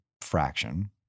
fraction